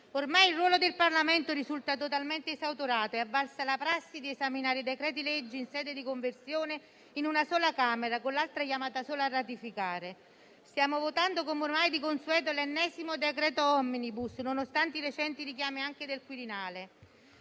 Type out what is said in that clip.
Ormai il ruolo del Parlamento risulta totalmente esautorato: è avvalsa la prassi di esaminare i decreti-legge in sede di conversione in una sola Camera, con l'altra chiamata solo a ratificare. Stiamo votando, come ormai di consueto, l'ennesimo decreto *omnibus*, nonostante i recenti richiami anche del Quirinale.